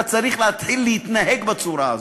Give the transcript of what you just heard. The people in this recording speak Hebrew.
אתה צריך להתחיל להתנהג בצורה הזאת.